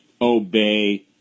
obey